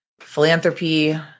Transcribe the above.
philanthropy